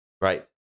Right